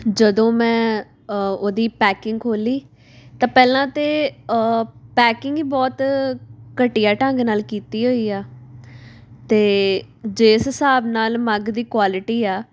ਜਦੋਂ ਮੈਂ ਉਹਦੀ ਪੈਕਿੰਗ ਖੋਲ੍ਹੀ ਤਾਂ ਪਹਿਲਾਂ ਤਾਂ ਪੈਕਿੰਗ ਹੀ ਬਹੁਤ ਘਟੀਆ ਢੰਗ ਨਾਲ ਕੀਤੀ ਹੋਈ ਆ ਅਤੇ ਜੇ ਇਸ ਹਿਸਾਬ ਨਾਲ ਮੱਗ ਦੀ ਕੁਆਲਿਟੀ ਆ